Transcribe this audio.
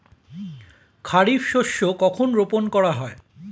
খারিফ শস্য কখন রোপন করা হয়?